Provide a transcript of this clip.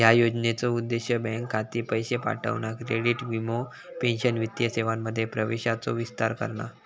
ह्या योजनेचो उद्देश बँक खाती, पैशे पाठवणा, क्रेडिट, वीमो, पेंशन वित्तीय सेवांमध्ये प्रवेशाचो विस्तार करणा